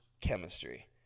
chemistry